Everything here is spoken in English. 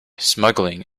smuggling